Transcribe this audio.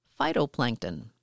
phytoplankton